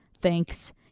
Thanks